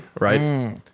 right